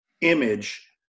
image